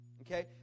Okay